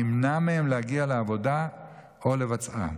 נמנע מהם להגיע לעבודה או לבצעה.